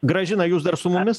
gražina jūs dar su mumis